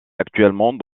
actuellement